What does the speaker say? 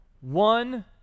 one